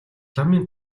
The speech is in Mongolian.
ламын